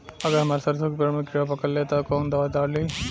अगर हमार सरसो के पेड़ में किड़ा पकड़ ले ता तऽ कवन दावा डालि?